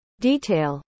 detail